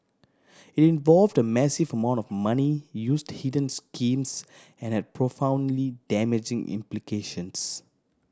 involved a massive amount of money used hidden schemes and had profoundly damaging implications